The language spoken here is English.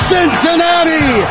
Cincinnati